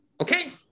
okay